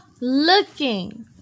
looking